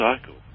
cycle